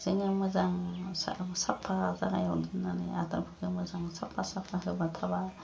जोङो मोजां साफा जागायाव दोननानै आदारफोरखो मोजां साफा साफा होबा थाबा